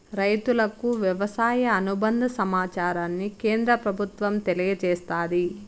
రైతులకు వ్యవసాయ అనుబంద సమాచారాన్ని కేంద్ర ప్రభుత్వం తెలియచేస్తాది